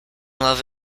love